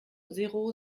zéro